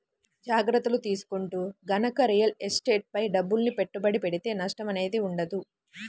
జాగర్తలు తీసుకుంటూ గనక రియల్ ఎస్టేట్ పై డబ్బుల్ని పెట్టుబడి పెడితే నష్టం అనేది ఉండదు